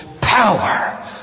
power